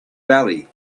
belly